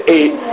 Eight